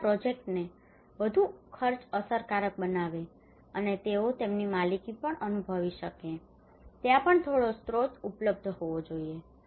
તે આ પ્રોજેક્ટને વધુ ખર્ચ અસરકારક બનાવે છે અને તેઓ તેમની માલિકી પણ અનુભવી શકે છે અને ત્યાં પણ થોડો સ્રોત ઉપલબ્ધ હોવો જોઈએ